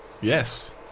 Yes